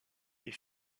est